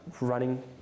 running